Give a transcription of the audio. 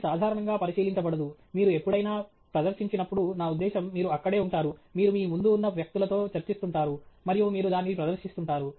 ఇది సాధారణంగా పరిశీలించబడదు మీరు ఎప్పుడైనా ప్రదర్శించినప్పుడు నా ఉద్దేశ్యం మీరు అక్కడే ఉంటారు మీరు మీ ముందు ఉన్న వ్యక్తులతో చర్చిస్తుంటారు మరియు మీరు దానిని ప్రదర్శిస్తుంటారు